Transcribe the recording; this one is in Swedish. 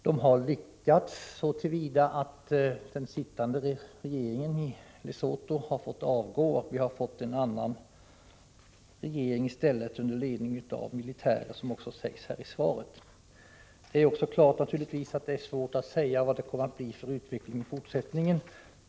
Regeringen i Lesotho har nämligen fått avgå och man har fått en annan regering i stället, under ledning av militären, som också framhålls i svaret. Det är naturligtvis svårt att säga vad det kommer att bli för utveckling i fortsättningen.